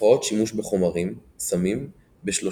הפרעות שימוש בחומרים סמים ב-37%.